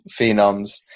phenoms